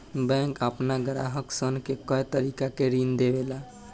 bank आपना ग्राहक सन के कए तरीका के ऋण देवेला